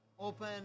Open